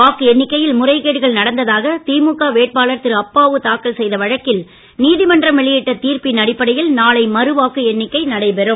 வாக்கு எண்ணிக்கையில் முறைகேடுகள் நடந்ததாக திமுக வேட்பாளர் திரு அப்பாவு தாக்கல் செய்த வழக்கில் நீதிமன்றம் வெளியிட்ட தீர்ப்பின் அடிப்படையில் நாளை மறுவாக்கு எண்ணிக்கை நடைபெறும்